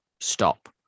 Stop